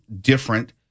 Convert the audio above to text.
different